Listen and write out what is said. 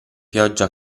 pioggia